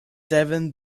devin